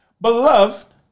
Beloved